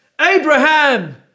Abraham